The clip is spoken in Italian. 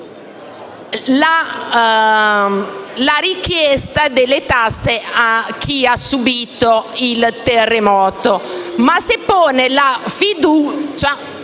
la richiesta delle tasse a chi ha subito il terremoto, ma se pone la fiducia